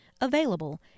available